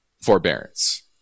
forbearance